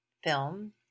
film